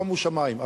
שומו שמים.